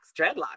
dreadlocks